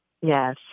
Yes